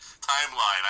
timeline